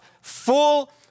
full